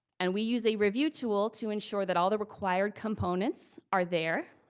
and we use a review tool to ensure that all the required components are there.